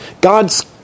God's